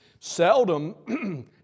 Seldom